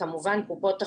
וכמובן קופות החולים.